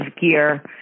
gear